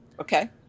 Okay